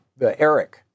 Eric